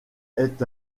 est